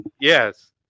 Yes